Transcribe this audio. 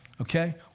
okay